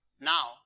Now